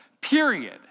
period